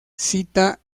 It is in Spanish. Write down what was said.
cita